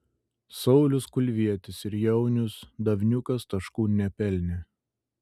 saulius kulvietis ir jaunius davniukas taškų nepelnė